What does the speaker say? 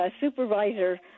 supervisor